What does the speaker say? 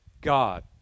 God